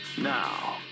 Now